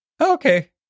Okay